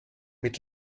mit